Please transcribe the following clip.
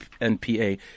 NPA